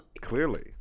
Clearly